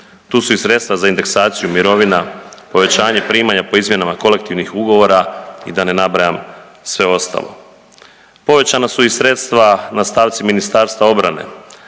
tu su i sredstva za indeksaciju mirovina, povećanje primanja po izmjenama kolektivnih ugovora i da ne nabrajam sve ostalo. Povećana su i sredstava na stavci Ministarstva obrane